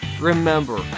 Remember